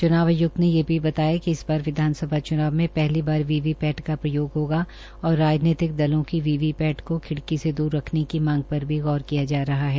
च्नाव आय्क्त ने ये भी बताया कि इस बार विधानसभा चुनाव में पहली बार वी वी पैट का प्रयोग होगा और राजनीतिक दलों की वी वी पैट को खिड़की से दूर रखने की मांग पर भी गौश्र किया जा रहा है